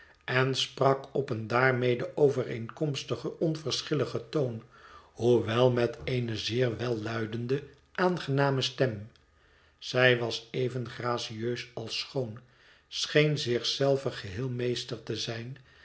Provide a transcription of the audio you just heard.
en sprak op een daarmede overeenkomstigen onverschilligen toon hoewel met eene zeer welluidende aangename stem zij was even gracieus als schoon scheen zich zelve geheel meester te zijn